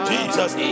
Jesus